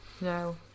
no